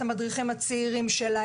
את המדריכים הצעירים שלה,